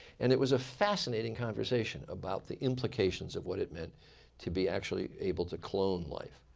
and it was a fascinating conversation about the implications of what it meant to be actually able to clone life.